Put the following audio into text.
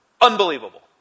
unbelievable